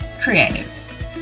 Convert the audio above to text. creative